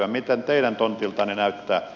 miltä tämä teidän tontiltanne näyttää